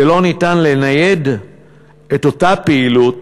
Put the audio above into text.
ולא ניתן לנייד את אותה פעילות